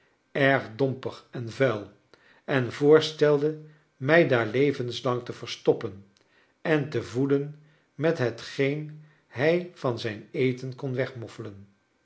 erg dompig en vuil en voors telde mij daar levens lang t e verstoppen en te voeden met hetgeen hij van zijn eten kon wegmoffelen